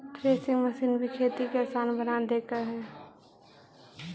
threshing machine भी खेती के आसान बना देके हइ